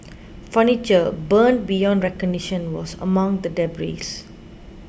furniture burned beyond recognition was among the debris